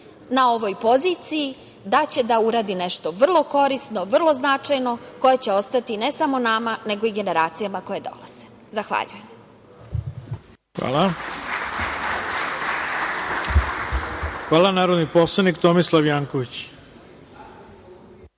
na ovoj poziciji, da će da uradi nešto vrlo korisno, vrlo značajno što će ostati ne samo nama, nego i generacijama koje dolaze. Zahvaljujem. **Ivica Dačić** Hvala. Reč ima narodni poslanik Tomislav Janković.